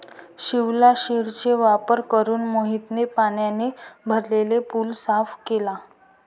शिवलाशिरचा वापर करून मोहितने पाण्याने भरलेला पूल साफ केला